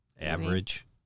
Average